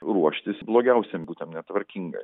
ruoštis blogiausiam būtent netvarkingam